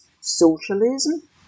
socialism